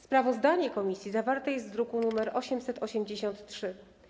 Sprawozdanie komisji zawarte jest w druku nr 883.